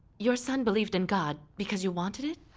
your son believed in god because you wanted it?